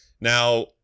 Now